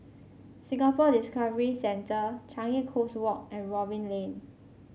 Singapore Discovery Centre Changi Coast Walk and Robin Lane